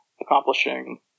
accomplishing